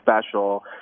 special